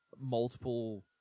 multiple